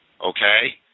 okay